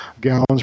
gallons